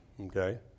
okay